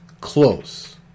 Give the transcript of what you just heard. close